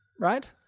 right